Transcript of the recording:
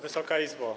Wysoka Izbo!